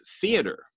Theater